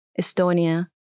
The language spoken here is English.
Estonia